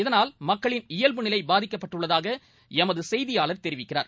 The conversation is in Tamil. இதனால் இயல்புநிலை பாதிக்கப்பட்டுள்ளதாக எமது செய்தியாளர் தெரிவிக்கிறார்